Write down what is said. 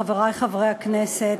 חברי חברי הכנסת,